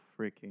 freaking